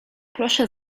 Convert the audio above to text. proszę